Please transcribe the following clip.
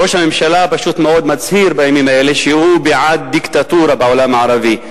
ראש הממשלה פשוט מאוד מצהיר בימים האלה שהוא בעד דיקטטורה בעולם הערבי,